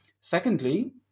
Secondly